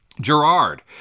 Gerard